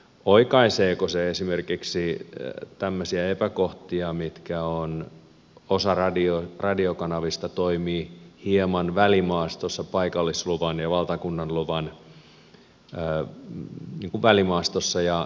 oikaiseeko se esimerkiksi tämmöisiä epäkohtia missä osa radiokanavista toimii hieman paikallisluvan ja valtakunnan luvan välimaastossa ja sekoittaa pakkaa